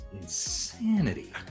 insanity